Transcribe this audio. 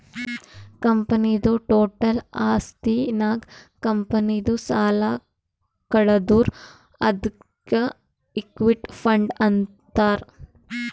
ಕಂಪನಿದು ಟೋಟಲ್ ಆಸ್ತಿ ನಾಗ್ ಕಂಪನಿದು ಸಾಲ ಕಳದುರ್ ಅದ್ಕೆ ಇಕ್ವಿಟಿ ಫಂಡ್ ಅಂತಾರ್